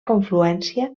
confluència